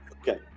Okay